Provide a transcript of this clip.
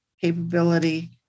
capability